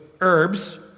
herbs